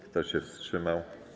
Kto się wstrzymał?